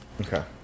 Okay